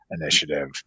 initiative